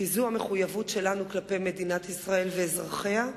כי זאת המחויבות שלנו כלפי מדינת ישראל ואזרחיה.